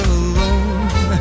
alone